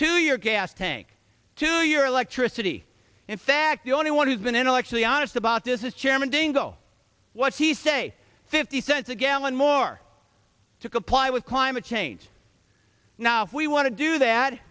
to your gas tank to your electricity in fact the only one who's been intellectually honest about this is chairman dingell was he say fifty cents a gallon more to comply with climate change now we want to do that